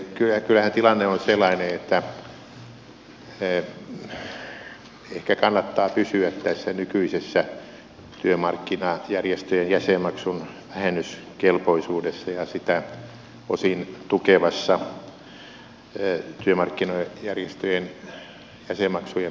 kyllähän tilanne on sellainen että ehkä kannattaa pysyä tässä nykyisessä työmarkkinajärjestöjen jäsenmaksun vähennyskelpoisuudessa ja sitä osin tukevassa työmarkkinajärjestöjen jäsenmaksujen palkkaperinnässä